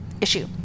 issue